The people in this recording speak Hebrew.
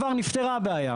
נפתרה הבעיה.